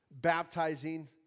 baptizing